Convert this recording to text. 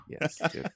yes